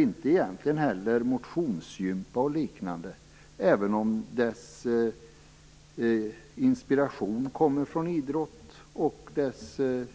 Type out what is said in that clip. Inte heller motionsgympa och liknande är idrott, även om inspirationen kommer från idrott och även om